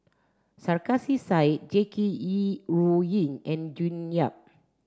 Sarkasi Said Jackie Yi Ru Ying and June Yap